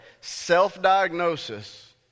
self-diagnosis